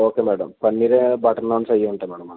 okay madam paneer butter naans అవి ఉంటాయి madam మా దగ్గర